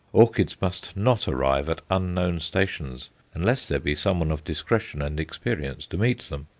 orchids must not arrive at unknown stations unless there be somebody of discretion and experience to meet them,